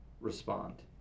respond